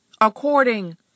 according